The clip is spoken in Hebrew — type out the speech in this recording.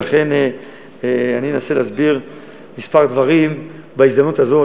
ולכן אני אנסה להסביר כמה דברים בהזדמנות הזאת